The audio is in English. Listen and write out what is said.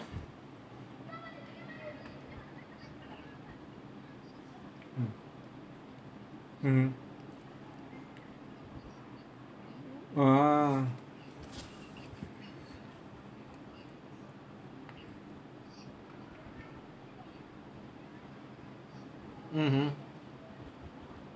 mm mmhmm ah mmhmm